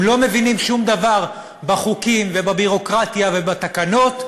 הם לא מבינים שום דבר בחוקים ובביורוקרטיה ובתקנות,